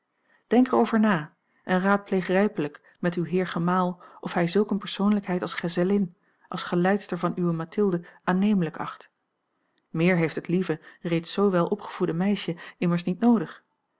denk er over na en raadpleeg rijpelijk met uw heer gemaal of hij zulk een persoonlijkheid als gezellin als geleidster van uwe mathilde aannemelijk acht meer heeft het lieve reeds zoo wel opgevoede meisje immers niet noodig